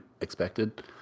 expected